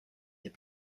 that